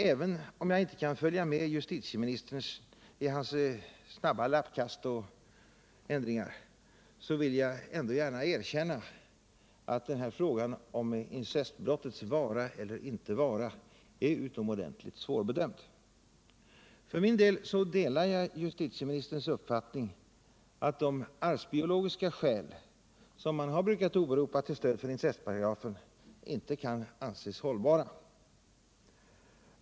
Även om jag inte kan följa med justitieministern i hans snabba lappkast, vill jag gärna erkänna att frågan om incestbrottets vara eller inte vara är utomordentligt svårbedömd. För min del delar jag justitieministerns uppfattning att de arvsbiologiska skäl som brukat åberopas till stöd för incestparagrafen inte kan anses hållbara.